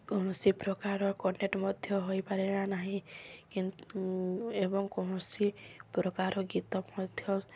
କୌଣସି ପ୍ରକାର କନେକ୍ଟ୍ ମଧ୍ୟ ହୋଇପାରିଲା ନାହିଁ ଏବଂ କୌଣସି ପ୍ରକାର ଗୀତ ମଧ୍ୟ